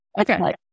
Okay